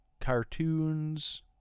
cartoons